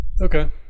Okay